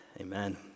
Amen